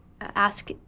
ask